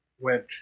went